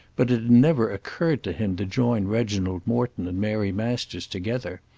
but it had never occurred to him to join reginald morton and mary masters together.